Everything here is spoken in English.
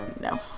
No